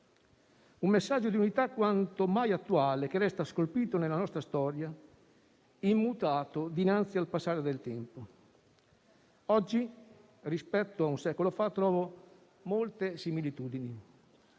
Un messaggio di unità quanto mai attuale che resta scolpito nella nostra storia, immutato dinanzi al passare del tempo. Oggi, rispetto a un secolo fa, trovo molte similitudini: